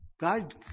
God